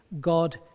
God